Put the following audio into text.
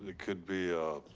ah could be a,